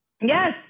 Yes